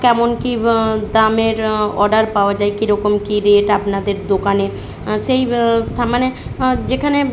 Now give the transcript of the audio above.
কেমন কী দামের অর্ডার পাওয়া যায় কীরকম কী রেট আপনাদের দোকানে সেই স্থা মানে যেখানে